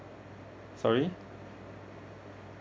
sorry